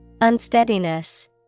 unsteadiness